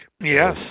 Yes